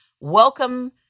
welcome